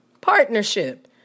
partnership